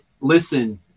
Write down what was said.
listen